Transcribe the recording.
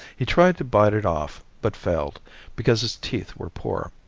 he tried to bite it off but failed because his teeth were poor.